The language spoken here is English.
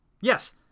Yes